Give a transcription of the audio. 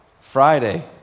Friday